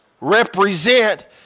represent